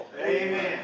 Amen